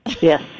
Yes